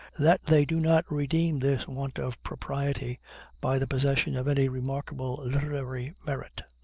that they do not redeem this want of propriety by the possession of any remarkable literary merit.